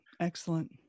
Excellent